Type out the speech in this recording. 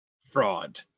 fraud